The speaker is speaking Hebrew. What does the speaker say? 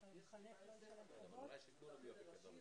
ודיון שלישי